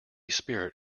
spirit